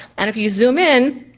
and if you zoom in,